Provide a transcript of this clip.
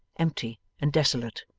empty and desolate.